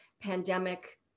pandemic